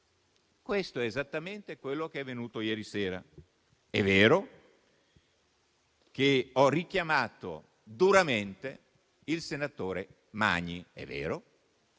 Questo è esattamente quello che è avvenuto ieri sera. È vero che ho richiamato duramente il senatore Magni; questo